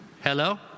Hello